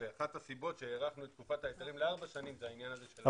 אחת הסיבות שהארכנו את תקופת ההיתרים לארבע שנים זה העניין הזה,